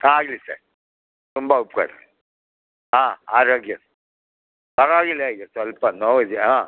ಹಾಂ ಆಗಲಿ ಸರ್ ತುಂಬ ಉಪಕಾರ ಹಾಂ ಆರೋಗ್ಯ ಪರ್ವಾಗಿಲ್ಲ ಈಗ ಸ್ವಲ್ಪ ನೋವು ಇದೆ ಹಾಂ